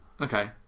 Okay